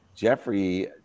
Jeffrey